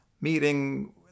meeting